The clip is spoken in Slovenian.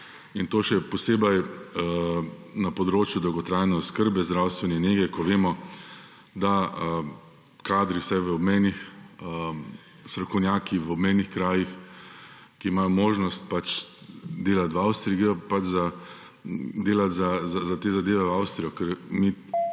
In to še posebej na področju dolgotrajne oskrbe, zdravstvene nege, ko vemo, da kadri, strokovnjaki v obmejnih krajih, ki imajo možnost delati v Avstriji, grejo delat te zadeve v Avstrijo,